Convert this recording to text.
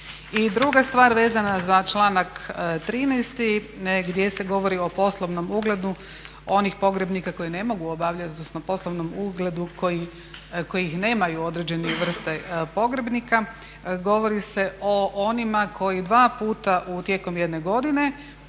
druga stvar vezana za članak 13. gdje se govori o poslovnom ugledu onih pogrebnika koji ne mogu obavljati odnosno poslovnom ugledu koji nemaju određene vrste pogrebnika govori se o onima koji dva puta tijekom jedne godine,